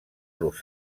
los